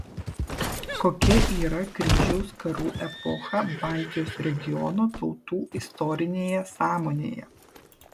kokia yra kryžiaus karų epocha baltijos regiono tautų istorinėje sąmonėje